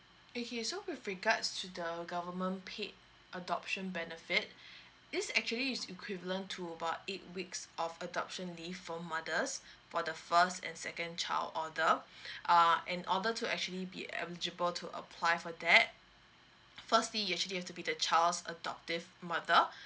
okay so with regards to the government paid adoption benefit this actually is equivalent to about eight weeks of adoption leave for mothers for the first and second child order uh an order to actually be eligible to apply for that firstly you actually have to be the child's adoptive mother